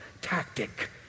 tactic